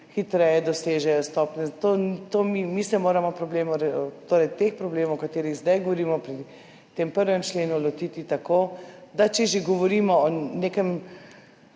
hitreje dosežejo stopnje, mi se moramo teh problemov, o katerih zdaj govorimo pri tem 1. členu, lotiti tako, da če že govorimo o nekem